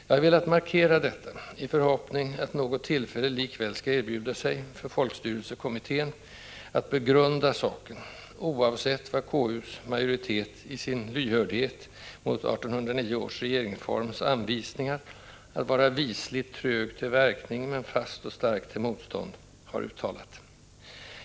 Jag har velat markera detta i förhoppning att något tillfälle likväl skall erbjuda sig för folkstyrelsekommittén att begrunda saken, oavsett vad konstitutionsutskottets majoritet i sin lyhördhet mot 1809 års regeringsforms anvisningar att vara ”wisligt trög till verkning men fast och stark till motstånd”, har uttalat.